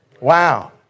Wow